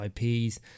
IPs